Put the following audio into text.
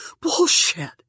Bullshit